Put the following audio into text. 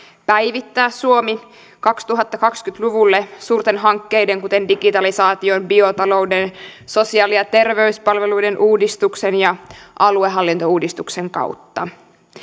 päivittää suomi kaksituhattakaksikymmentä luvulle suurten hankkeiden kuten digitalisaation biotalouden sosiaali ja terveyspalveluiden uudistuksen ja aluehallintouudistuksen kautta